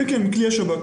כן, כן, מכלי השב"כ.